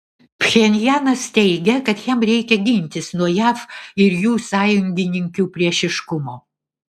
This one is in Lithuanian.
pchenjanas teigia kad jam reikia gintis nuo jav ir jų sąjungininkių priešiškumo